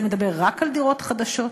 זה מדבר רק על דירות חדשות.